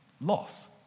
loss